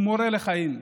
הוא מורה לחיים.